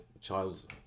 child's